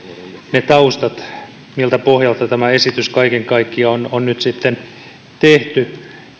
ne taustat miltä pohjalta tämä esitys kaiken kaikkiaan on nyt sitten tehty